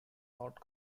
not